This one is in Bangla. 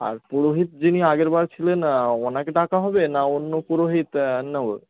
আর পুরোহিত যিনি আগের বার ছিলেন ওঁকে ডাকা হবে না অন্য পুরোহিত নেবো